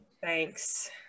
thanks